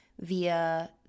via